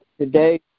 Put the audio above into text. today